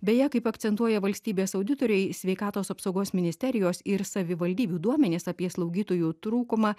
beje kaip akcentuoja valstybės auditoriai sveikatos apsaugos ministerijos ir savivaldybių duomenys apie slaugytojų trūkumą